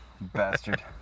bastard